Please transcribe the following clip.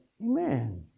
Amen